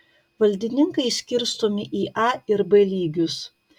valdininkai skirstomi į a ir b lygius